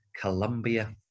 Colombia